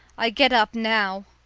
i get up now!